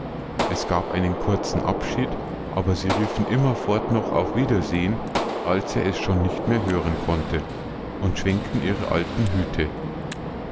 es gab einen kurzen abschied aber sie riefen immerfort noch auf wiedersehen als er es schon nicht mehr hören konnte und schwenkten ihre alten hüte